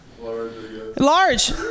Large